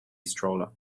stroller